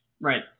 Right